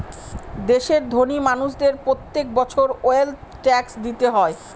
দেশের ধোনি মানুষদের প্রত্যেক বছর ওয়েলথ ট্যাক্স দিতে হয়